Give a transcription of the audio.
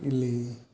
ಇಲ್ಲಿ